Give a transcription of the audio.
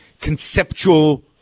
conceptual